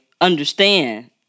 understand